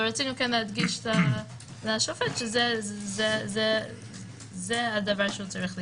ורצינו להדגיש לשופט שזה הדבר שהוא צריך לשקול,